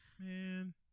Man